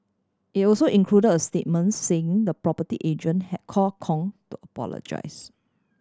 it also include a statement saying the property agent had call Kong to apologise